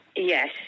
Yes